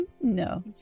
No